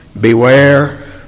Beware